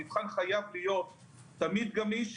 המבחן חייב להיות תמיד גמיש.